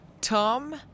Tom